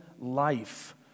life